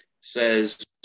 says